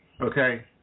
okay